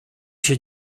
się